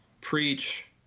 preach